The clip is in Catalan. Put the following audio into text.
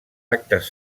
actes